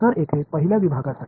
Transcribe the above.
तर येथे पहिल्या विभागासाठी